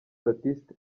baptiste